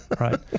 right